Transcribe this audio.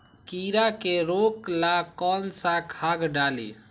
कीड़ा के रोक ला कौन सा खाद्य डाली?